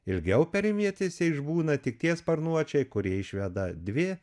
ilgiau perimvietėse išbūna tik tie sparnuočiai kurie išveda dvi